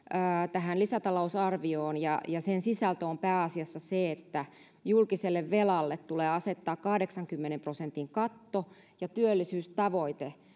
tähän lisätalousarvioon ja sen sisältö on pääasiassa se että julkiselle velalle tulee asettaa kahdeksankymmenen prosentin katto ja työllisyystavoite